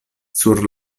sur